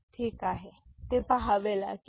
तर ठीक आहे हे पहावे लागेल